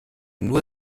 nur